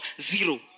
zero